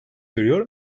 görüyor